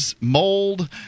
mold